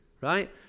right